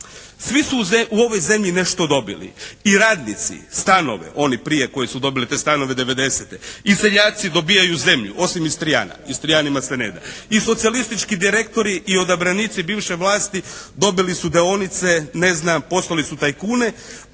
svi su u ovoj zemlji nešto dobili, i radnici stanove oni prije koji su dobili te stanove '90. i seljaci dobijaju zemlju osim Istriana, Istrianima se ne da. I socijalistički direktori i odabranici bivše vlasti dobili su dionice, ne znam postali su tajkuni